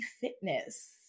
fitness